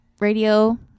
radio